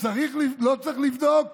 ולא צריך לבדוק,